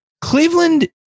Cleveland